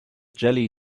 jelly